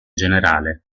generale